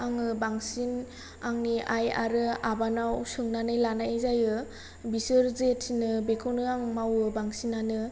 आङो बांसिन आंनि आइ आरो आबानाव सोंनानै लानाय जायो बिसोर जे थिनो बेखौनो आं मावो बांसिनानो